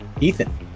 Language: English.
Ethan